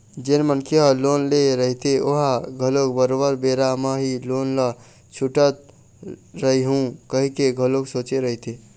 जेन मनखे ह लोन ले रहिथे ओहा घलोक बरोबर बेरा म ही लोन ल छूटत रइहूँ कहिके घलोक सोचे रहिथे